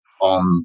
on